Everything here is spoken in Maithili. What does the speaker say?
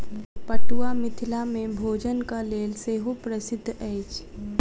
पटुआ मिथिला मे भोजनक लेल सेहो प्रसिद्ध अछि